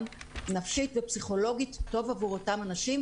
גם נפשית ופסיכולוגית זה טוב עבור אותם אנשים,